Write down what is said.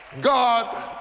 God